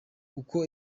uko